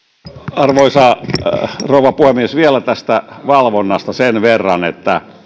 arvoisa rouva puhemies vielä tästä valvonnasta sen verran että